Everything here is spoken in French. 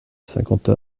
cinquante